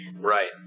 Right